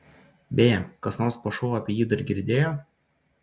beje kas nors po šou apie jį dar girdėjo